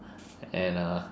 and uh